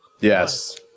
Yes